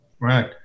Right